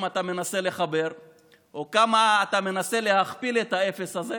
אתה מנסה לחבר או כמה אתה מנסה להכפיל את האפס הזה,